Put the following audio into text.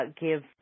give